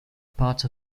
part